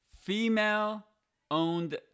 Female-owned